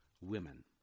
women